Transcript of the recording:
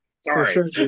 Sorry